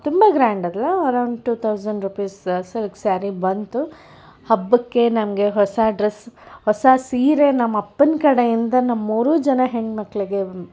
ತುಂಬ ಗ್ರಾಂಡ್ ಅಲ್ಲ around two thousand rupees silk sari ಬಂತು ಹಬ್ಬಕ್ಕೆ ನಮಗೆ ಹೊಸ ಡ್ರೆಸ್ ಹೊಸ ಸೀರೆ ನಮ್ಮ ಅಪ್ಪನ ಕಡೆಯಿಂದ ನಮ್ಮ ಮೂರು ಜನ ಹೆಣ್ಮಕ್ಕಳಿಗೆ